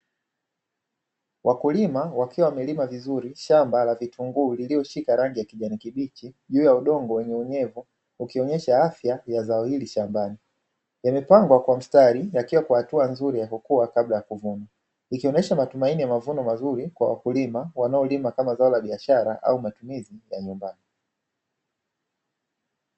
Wakulima wakiwa wamelima vizuri shamba la vitunguu lililoshika rangi ya kijani kibichi juu ya udongo wenye unyevu, ukionyesha afya ya zao hili shambani yamepangwa kwa mstari yakiwa kwa hatua nzuri ya kukua kabla ya kuvunwa, ikionyesha matumaini ya mavuno mazuri kwa wakulima wanaolima kama zao la biashara au matumizi ya nyumbani.